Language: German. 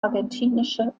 argentinische